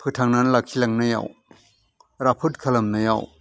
फोथांनानै लाखि लांनायाव राफोद खालामनायाव